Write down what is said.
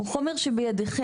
הוא חומר שבידיכם.